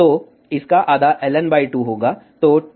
तो इसका आधा Ln 2 होगा